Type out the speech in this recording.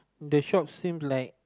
the shop seem like